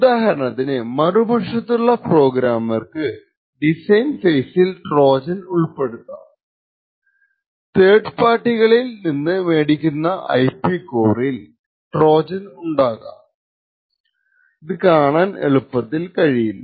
ഉദാഹരണത്തിന് മറുപക്ഷത്തുള്ള പ്രോഗാമർക്കു ഡിസൈൻ ഫേസിൽ ട്രോജൻ ഉൾപ്പെടുത്താം തേർഡ് പാർട്ടികളിൽ നിന്ന് മേടിക്കുന്ന IP കോറിൽ ട്രോജൻ ഉണ്ടാകാം അത് കാണാൻ എളുപ്പത്തിൽ കഴിയില്ല